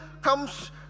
comes